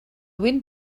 wind